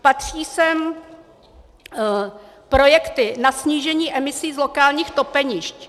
Patří sem projekty na snížení emisí z lokálních topenišť.